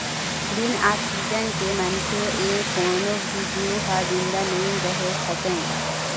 बिन ऑक्सीजन के मनखे य कोनो भी जींव ह जिंदा नइ रहि सकय